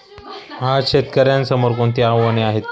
आज शेतकऱ्यांसमोर कोणती आव्हाने आहेत?